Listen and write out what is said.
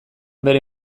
bere